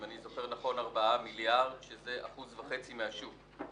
אם אני זוכר נכון בארבעה מיליארד שזה אחוז וחצי מהשוק.